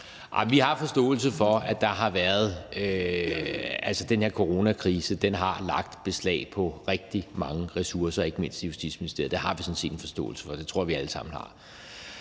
Vi har forståelse for, at den her coronakrise har lagt beslag på rigtig mange ressourcer, ikke mindst i Justitsministeriet. Det har vi sådan set en forståelse for, det tror jeg vi alle sammen har.